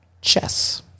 chess